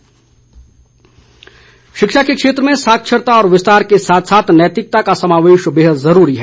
सुरेश भारद्वाज शिक्षा के क्षेत्र में साक्षरता और विस्तार के साथ साथ नैतिकता का समावेश बेहद ज़रूरी है